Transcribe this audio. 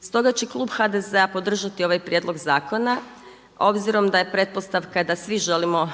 Stoga će klub HDZ-a podržati ovaj prijedlog zakona, obzirom da je pretpostavka da svi želimo